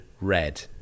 red